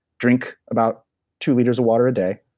drink about two liters of water a day,